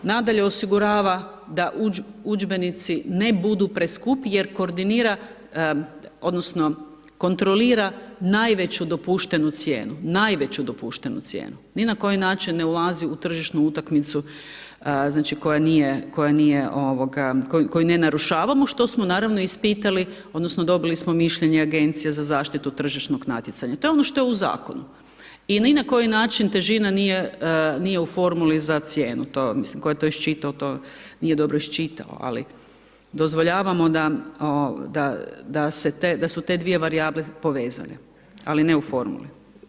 Nadalje osigurava da udžbenici ne budu preskupi jer koordinira odnosno kontrolira najveću dopuštenu cijenu, najveću dopuštenu cijenu, ni na koji način ne ulazi u tržišnu utakmicu koju ne narušavamo što smo naravno ispitali odnosno dobili smo mišljenja Agencije za zaštitu od tržišnog natjecanja, to je ono što je u zakonu i ni na koji način težina u formuli za cijenu, mislim, tko je to iščitao, to nije dobro iščitao ali dozvoljavamo da su te dvije varijable povezane ali ne u formuli.